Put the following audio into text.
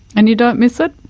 and you don't miss it?